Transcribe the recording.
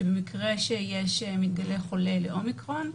שבמקרה שמתגלה חולה ל-אומיקרון,